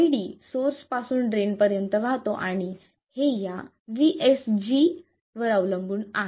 iD source पासून drain पर्यंत वाहतो आणि हे या vSG अवलंबून आहे